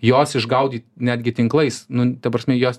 jos išgaudyt netgi tinklais nu ta prasme jos